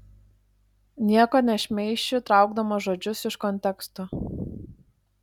nieko nešmeišiu traukdamas žodžius iš konteksto